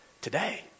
today